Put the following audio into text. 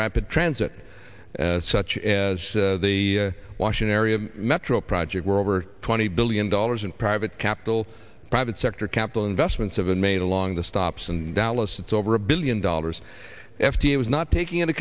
rapid transit such as the washing area metro project where over twenty billion dollars in private capital private sector capital investments have been made along the stops and dallas it's over a billion dollars f t is not taking into